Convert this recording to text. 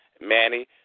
Manny